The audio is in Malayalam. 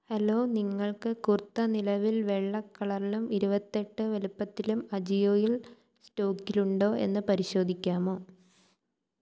ഹലോ നിങ്ങൾക്ക് കുർത്ത നിലവിൽ വെള്ള കളറിലും ഇരുപത്തിയെട്ട് വലുപ്പത്തിലും അജിയോൽ സ്റ്റോക്കിലുണ്ടോ എന്ന് പരിശോധിക്കാമോ